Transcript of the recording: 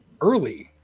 early